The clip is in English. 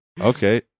Okay